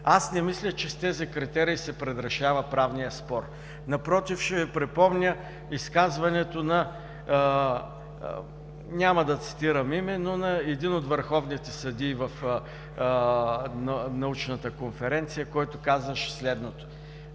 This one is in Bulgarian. Аз не мисля, че с тези критерии се предрешава правният спор. Напротив, ще Ви припомня изказването, няма да цитирам име, но на един от върховните съдии в Научната конференция, който казваше следното: